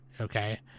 Okay